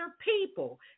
people